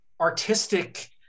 artistic